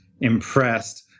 impressed